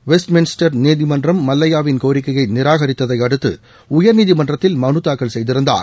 Westminster நீதிமன்றம் மல்லையாவின் கோரிக்கையை நிராகரித்ததையடுத்து உயர்நீதிமன்றத்தில் மனுத் தாக்கல் செய்திருந்தார்